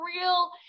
real